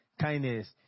kindness